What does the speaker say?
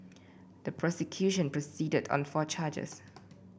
the prosecution proceeded on four charges